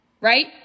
right